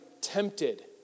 tempted